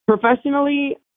Professionally